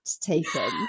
taken